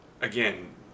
again